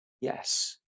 Yes